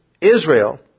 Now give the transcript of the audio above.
Israel